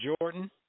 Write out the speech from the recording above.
Jordan